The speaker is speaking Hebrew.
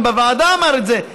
גם בוועדה הוא אמר את זה.